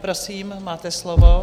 Prosím, máte slovo.